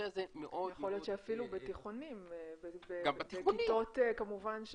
יכול להיות שאפילו בתיכונים, בכיתות כמובן,